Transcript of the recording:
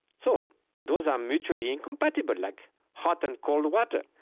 so those are mutually incompatible, like hot and cold water.